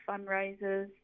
fundraisers